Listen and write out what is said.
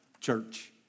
church